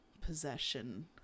possession